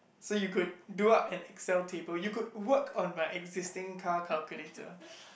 so you could do up an Excel table you could work on my existing car calculator